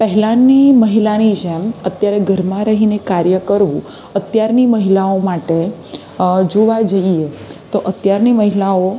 પહેલાંની મહિલાની જેમ અત્યારે ઘરમાં રહીને કાર્ય કરવું અત્યારની મહિલાઓ માટે જોવા જઈએ તો અત્યારની મહિલાઓ